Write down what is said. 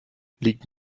liegt